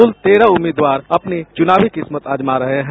कुल तेरह उम्मीदवार अपनी चुनावी किस्मत आजमा रहे हैं